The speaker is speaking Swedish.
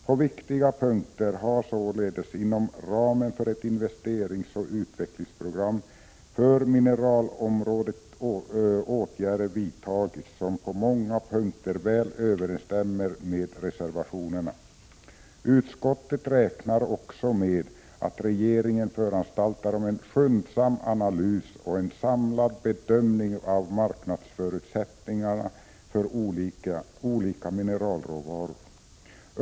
På viktiga punkter har således, inom ramen för ett investeringsoch utvecklingsprogram för mineralområdet, åtgärder vidtagits som på många punkter väl överensstämmer med reservationerna. Utskottet räknar också med att regeringen föranstaltar om en skyndsam analys och en samlad bedömning av marknadsförutsättningarna för olika mineralråvaror.